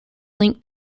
link